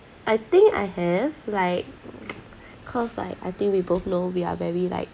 I think I have like cause like I think we both know we are very like